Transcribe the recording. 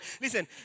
Listen